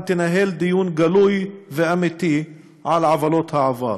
תנהל דיון גלוי ואמיתי על עוולות העבר.